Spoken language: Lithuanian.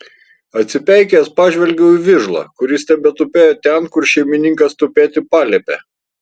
atsipeikėjęs pažvelgiau į vižlą kuris tebetupėjo ten kur šeimininkas tupėti paliepė